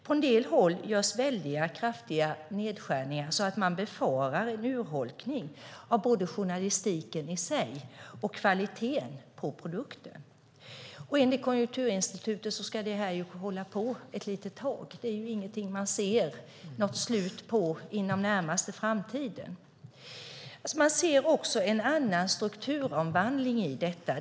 På en del håll görs så kraftiga nedskärningar att man befarar en urholkning av både journalistiken i sig och kvaliteten på produkten. Enligt Konjunkturinstitutet ska lågkonjunkturen fortsätta ett litet tag. Det är ingenting som man ser något slut på inom den närmaste framtiden. Vi ser också en annan strukturomvandling i detta.